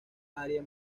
área